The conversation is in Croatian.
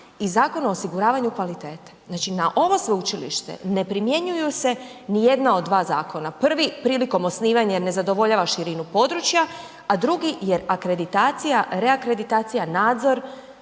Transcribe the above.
i Zakon o osiguranju kvalitete. Znači, na ovo sveučilište ne primjenjuju se ni jedna od dva zakona. Prvi prilikom osnivanja jer ne zadovoljava širinu područja, a drugi jer akreditacija, reakreditacija, nadzor